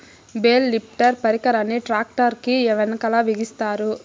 bale lifter పరికరాన్ని tractor కీ వెనకాల బిగిస్తారు